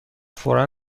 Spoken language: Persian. فورا